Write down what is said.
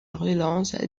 relance